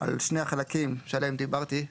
על שני החלקים שעליהם דיברתי.